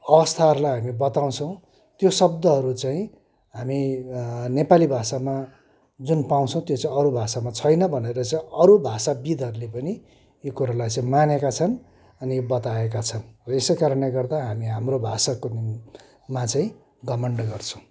अवस्थाहरूलाई हामी बताउछौँ त्यो शब्दहरू चाहिँ हामी नेपाली भाषामा जुन पाउछौँ त्यो चाहिँ अरू भाषामा छैन भनेर चाहिँ अरू भाषाविद्हरूले पनि यो कुरालाई चाहिँ मानेका छन् अनि बताएका छन् हो यसै कारणले गर्दा हामी हाम्रो भाषाको मि मा चाहिँ घमन्ड गर्छौँ